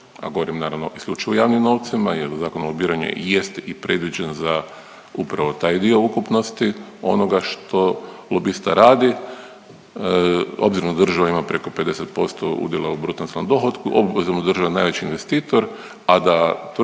a govorim naravno isključivo o javnim novcima jer Zakon o lobiranje jeste i predviđen za upravo taj dio ukupnosti onoga što lobista radi obzirom da država ima preko 50% udjela u …/Govornik se ne razumije./… dohotku, obvezom u državi najveći investitor, a da tvrtke